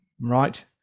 right